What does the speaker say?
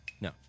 No